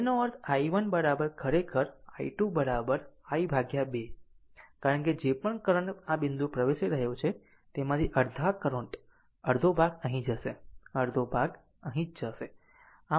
તેનો અર્થ i1 ખરેખર i2 i 2 કારણ કે જે પણ કરંટ આ બિંદુએ પ્રવેશી રહ્યો છે તેમાંથી અડધા કરંટનો અડધો ભાગ અહીં જશે અડધા અહીં જ જઈશ